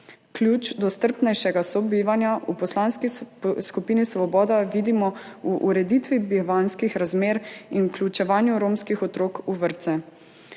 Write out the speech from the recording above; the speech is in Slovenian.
Ključ do strpnejšega sobivanja v Poslanski skupini Svoboda vidimo v ureditvi bivanjskih razmer in vključevanju romskih otrok v vrtce.